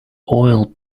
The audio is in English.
oil